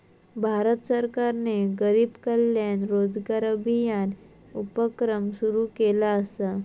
भारत सरकारने गरीब कल्याण रोजगार अभियान उपक्रम सुरू केला असा